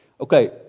Okay